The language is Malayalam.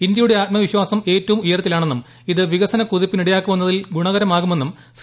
ഇന്ത്യയുടെ ആത്മവിശ്വാസം ഏറ്റവും ഉയരത്തിലാണെന്നും ഇത് വികസനക്കുതിപ്പിനിടയാക്കുമെന്നതിനാൽ ഗുണകരമാകുമെന്നും ശ്രീ